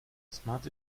smart